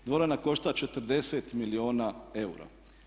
Dvorana košta 40 milijuna eura.